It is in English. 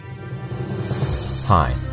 Hi